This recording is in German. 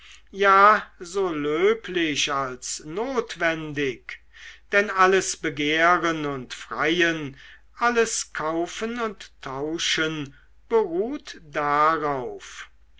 ja so löblich als notwendig denn alles begehren und freien alles kaufen und tauschen beruht darauf